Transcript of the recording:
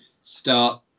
start